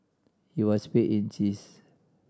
he was paid in cheese